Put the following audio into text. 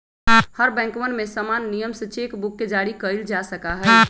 हर बैंकवन में समान नियम से चेक बुक के जारी कइल जा सका हई